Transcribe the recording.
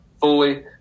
fully